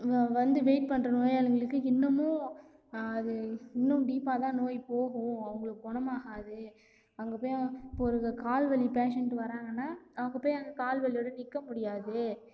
வந்து வெயிட் பண்ணுற நோயாளிகளுக்கு இன்னமும் அது இன்னும் டீப்பாக தான் நோய் போகும் அவங்களுக்கு குணமாகாது அங்கே போய் இப்போ ஒரு கால் வலி பேஷண்ட் வராங்கனால் அவங்க போய் அங்கே கால் வலியோட நிற்க முடியாது